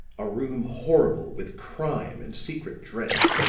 a room horrible with crime and secret dread